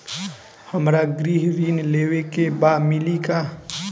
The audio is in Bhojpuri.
हमरा गृह ऋण लेवे के बा मिली का?